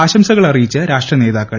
ആശംസകളറിയിച്ച് രാഷ്ട്ര നേതാക്കൾ